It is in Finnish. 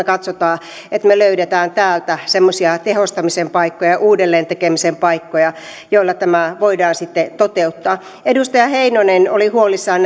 katsomme että me löydämme täältä semmoisia tehostamisen paikkoja uudelleen tekemisen paikkoja joilla tämä voidaan sitten toteuttaa edustaja heinonen oli huolissaan